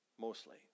mostly